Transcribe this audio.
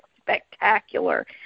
spectacular